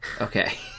Okay